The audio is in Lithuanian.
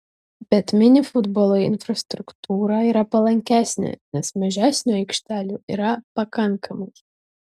bet mini futbolui infrastruktūra yra palankesnė nes mažesniu aikštelių yra pakankamai